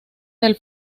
del